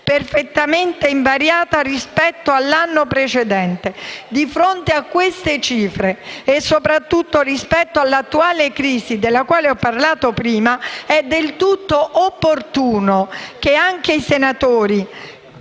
perfettamente invariata rispetto all'anno precedente. Di fronte a queste cifre, e soprattutto rispetto all'attuale crisi della quale ho parlato prima, è del tutto opportuno che anche i senatori